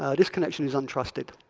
ah this connection is untrusted,